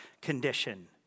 condition